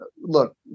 Look